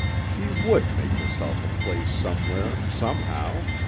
she would make herself a place somewhere, somehow.